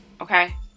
Okay